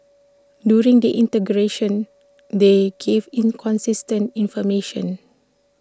during the interrogation they gave inconsistent information